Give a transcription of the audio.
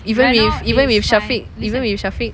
even if even with syafiq even with syafiq